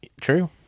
True